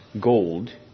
Gold